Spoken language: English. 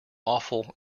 awful